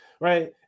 right